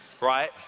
right